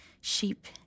sheep